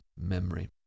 memory